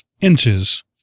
inches